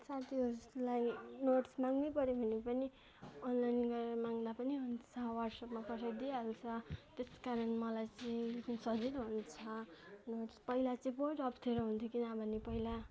साथीहरूसित लागि नोट्स माग्नै पर्यो भने पनि अनलाइन गरेर माग्दा पनि हुन्छ व्हाट्सएप्पमा पठाइ दिइहाल्छ त्यस कारण मलाई चाहिँ लेख्न सजिलो हुन्छ नोट्स पहिला चाहिँ बहुत अप्ठ्यारो हुन्थ्यो किनभने पहिला